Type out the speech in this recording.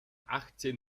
achtzehn